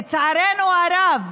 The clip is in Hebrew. לצערנו הרב,